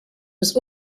was